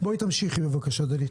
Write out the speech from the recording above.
בואי תמשיכי דלית,